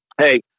Hey